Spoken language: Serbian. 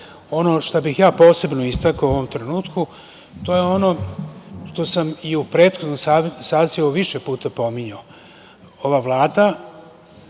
šta bih ja posebno istakao u ovom trenutku to je ono što sam i u prethodnom sazivu više puta pominjao. Ova Vlada,